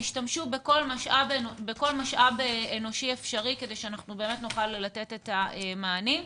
תשתמשו בכל משאב אנושי אפשרי כדי שאנחנו באמת נוכל לתת את המענים.